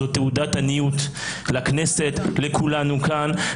זו תעודת עניות לכנסת, לכולנו כאן.